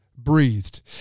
breathed